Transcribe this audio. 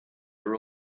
are